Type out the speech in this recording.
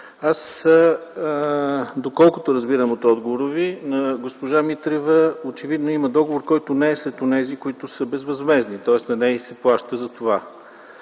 Доколкото разбирам от отговора Ви, госпожа Митрева очевидно има договор, който не е сред онези, които са безвъзмездни, тоест на нея й се плаща за това.